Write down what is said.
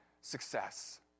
success